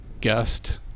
guest